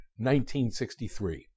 1963